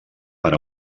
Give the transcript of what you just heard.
per